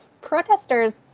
protesters